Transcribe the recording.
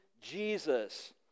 Jesus